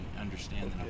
understand